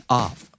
off